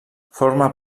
forma